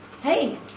hey